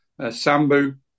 Sambu